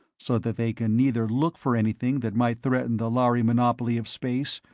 so that they can neither look for anything that might threaten the lhari monopoly of space,